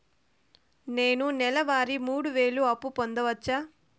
నేను నెల వారి మూడు వేలు అప్పు పొందవచ్చా?